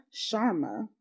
Sharma